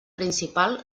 principal